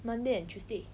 monday and tuesday